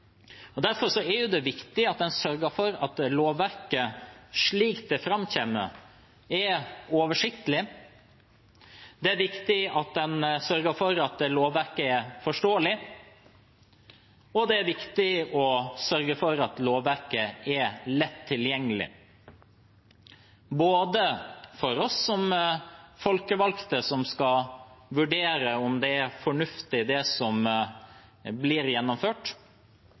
det viktig at en sørger for at lovverket, slik det framkommer, er oversiktlig. Det er viktig at en sørger for at lovverket er forståelig, og det er viktig å sørge for at lovverket er lett tilgjengelig. Det er viktig for oss som folkevalgte, som skal vurdere om det som blir gjennomført, er fornuftig. Det er viktig for forvaltningen, som